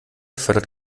fördert